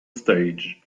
stage